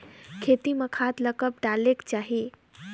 खेती म खाद ला कब डालेक चाही?